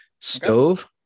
stove